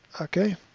Okay